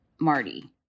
Marty